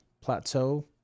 plateau